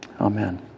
Amen